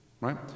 right